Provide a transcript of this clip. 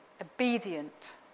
obedient